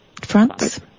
France